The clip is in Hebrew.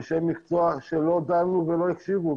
אנשי מקצוע, ולא דנו ולא הקשיבו.